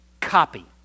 copy